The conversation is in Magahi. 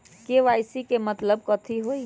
के.वाई.सी के मतलब कथी होई?